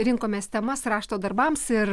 rinkomės temas rašto darbams ir